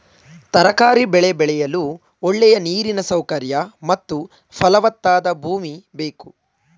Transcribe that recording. ತರಕಾರಿ ಬೆಳೆ ಬೆಳೆಯಲು ಒಳ್ಳೆಯ ನೀರಿನ ಸೌಕರ್ಯ ಮತ್ತು ಫಲವತ್ತಾದ ಭೂಮಿ ಬೇಕು